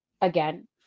again